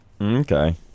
Okay